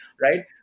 right